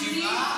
שבעה,